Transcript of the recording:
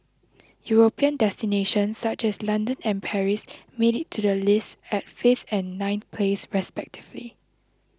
European destinations such as London and Paris made it to the list at fifth and ninth place respectively